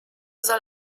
soll